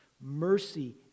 mercy